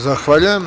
Zahvaljujem.